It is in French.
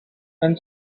ann